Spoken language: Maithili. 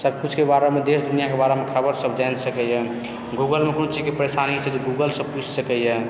सभकिछुके बारेमे देश दुनिआँके बारेमे खबरि सभ जानि सकैए गूगलमे कोनो चीजके परेशानी छै तऽ गूगलसँ पूछि सकैए